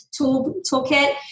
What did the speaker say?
toolkit